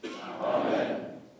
Amen